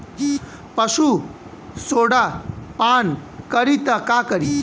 पशु सोडा पान करी त का करी?